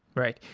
right.